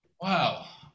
Wow